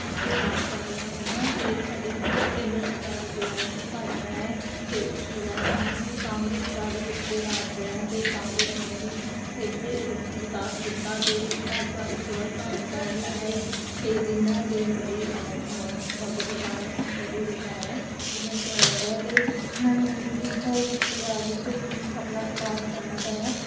ਇਸ 'ਤੇ ਰਾਜ ਕਰ ਰਹੀਆਂ ਹਨ ਅਤੇ ਸਾਡੇ ਹੋ ਕੇਂਦਰ ਸਰਕਾਰ ਜੋ ਹੈ ਕਿ ਭਾਜਪਾ ਹੈ ਅਤੇ ਉਸ ਤੋਂ ਬਾਅਦ ਸਾਨੂੰ ਕਾਂਗਰਸ ਦਾ ਵੀ ਇੱਥੇ ਰਾਜ ਹੋਇਆ ਅਤੇ ਕਾਂਗਰਸ ਨੇ ਵੀ ਇੱਥੇ ਵਿਕਾਸ ਕੀਤਾ ਅਤੇ ਭਾਜਪਾ ਉਸ ਤੋਂ ਬਾਅਦ ਭਾਜਪਾ ਵੀ ਆਏ ਅਤੇ ਜਿਨ੍ਹਾਂ ਦੇ ਮੋਢੀ ਮ ਮੋਦੀ ਸਰਕਾਰ ਮੋਦੀ ਸਰਕਾਰ ਹੈ ਜਿਨ੍ਹਾਂ ਨੂੰ ਕਿਹਾ ਜਾਂਦਾ ਅਤੇ ਇਹਨਾਂ ਨੇ ਵੀ ਉਹ ਪੰਜਾਬ ਵਿੱਚ ਵਿਕ ਆਪਣਾ ਵਿਕਾਸ ਕਰਨਾ ਚਾਹਿਆ